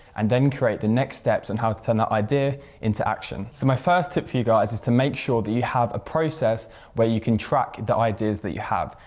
and then create the next steps and how to turn that idea into action. so my first tip for you guys is to make sure that you have a process where you can track the ideas that you have.